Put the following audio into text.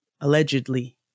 allegedly